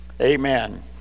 amen